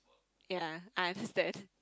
ya I understand